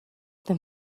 dann